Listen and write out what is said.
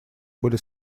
были